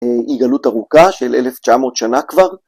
היא גלות ארוכה של 1900 שנה כבר.